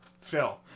Phil